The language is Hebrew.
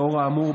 לאור האמור,